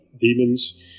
demons